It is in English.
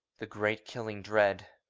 the great, killing dread.